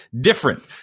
different